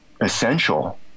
essential